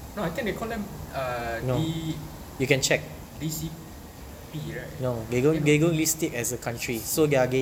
I think they call them uh D D C P right eh no D C C